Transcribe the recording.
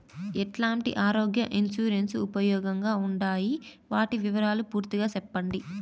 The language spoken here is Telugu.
ఎట్లాంటి ఆరోగ్య ఇన్సూరెన్సు ఉపయోగం గా ఉండాయి వాటి వివరాలు పూర్తిగా సెప్పండి?